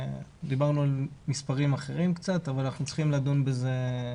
דיברנו על מספרים אחרים קצת אבל אנחנו צריכים לדון בזה.